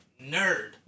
nerd